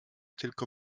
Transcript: tylko